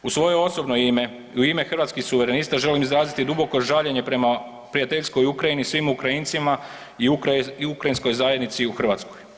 U svoje osobno ime i u ime Hrvatskih suverenista želim izraziti duboko žaljenje prema prijateljskoj Ukrajini i svim Ukrajincima i ukrajinskoj zajednici u Hrvatskoj.